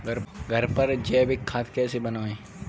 घर पर जैविक खाद कैसे बनाएँ?